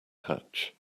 hatch